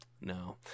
No